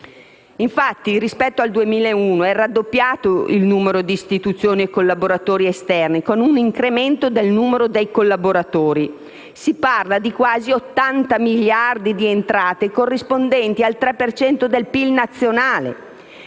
Infatti, rispetto al 2001, è raddoppiato il numero di istituzioni e collaboratori esterni, con un incremento del numero dei collaboratori. Si parla di quasi 80 miliardi di euro di entrate, corrispondenti al 3 per cento del PIL nazionale.